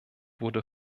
wurde